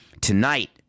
tonight